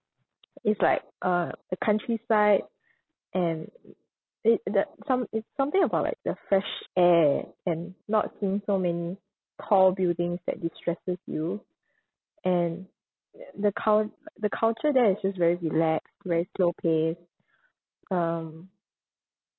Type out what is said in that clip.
it's like uh the countryside and it the some~ it's something about like the fresh air and not seeing so many tall buildings that distresses you and the cul~ the culture there is just very relaxed very slow paced um